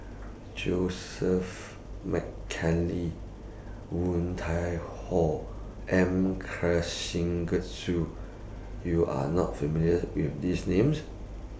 Joseph Woon Tai Ho M YOU Are not familiar with These Names